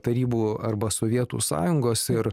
tarybų arba sovietų sąjungos ir